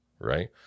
right